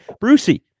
Brucey